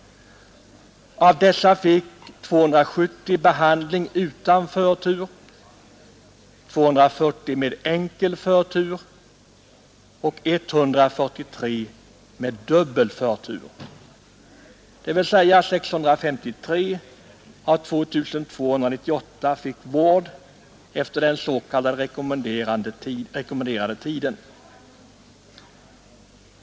Av dessa fick 270 behandling utan förtur, 240 med enkel förtur och 143 med dubbel förtur, dvs. 653 av 2298 fick vård inom den s.k. rekommenderade tiden.